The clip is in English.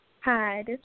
Hi